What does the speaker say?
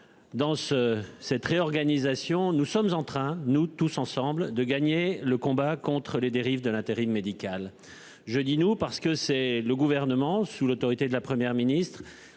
Dans ce cette réorganisation. Nous sommes en train nous tous ensemble de gagner le combat contre les dérives de l'intérim médical. Je dis nous parce que c'est le gouvernement sous l'autorité de la Première ministre.